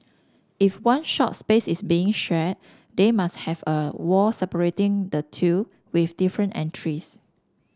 if one shop space is being shared they must have a wall separating the two with different entries